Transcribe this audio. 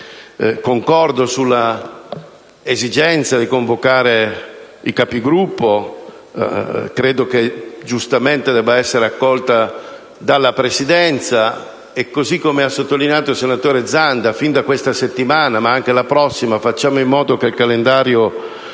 concordo sull'esigenza di convocare la Conferenza dei Capigruppo; credo che tale richiesta debba essere accolta dalla Presidenza. Così come ha sottolineato il senatore Zanda, sin da questa settimana, ma anche dalla prossima, facciamo in modo che il calendario